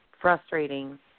frustrating